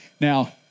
Now